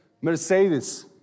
Mercedes